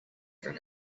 from